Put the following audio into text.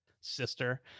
sister